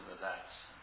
thats